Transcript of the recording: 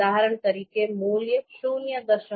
ઉદાહરણ તરીકે મૂલ્ય ૦